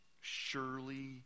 Surely